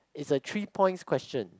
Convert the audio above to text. it's a three points question